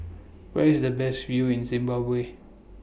Where IS The Best View in Zimbabwe